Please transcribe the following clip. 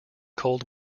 cold